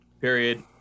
period